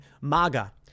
MAGA